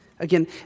Again